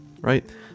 Right